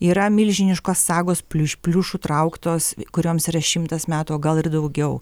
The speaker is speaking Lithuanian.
yra milžiniškos sagos pliuš pliušu trauktos kurioms yra šimtas metų o gal ir daugiau